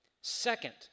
Second